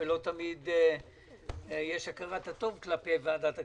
ולא תמיד יש הכרת הטוב כלפי ועדת הכספים.